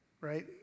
right